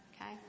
Okay